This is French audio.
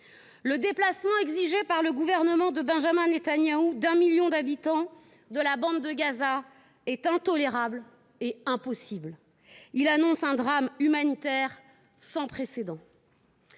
Le déplacement exigé par le gouvernement de Benyamin Netanyahou d’un million d’habitants de la bande de Gaza est intolérable et impossible. Il annonce un drame humanitaire sans précédent.